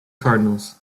cardinals